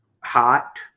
hot